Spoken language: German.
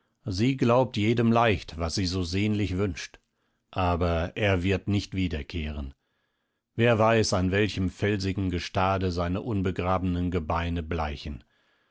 sie glaubt jedem leicht was sie so sehnlich wünscht aber er wird nicht wiederkehren wer weiß an welchem felsigen gestade seine unbegrabenen gebeine bleichen